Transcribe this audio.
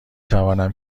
توانم